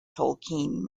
tolkien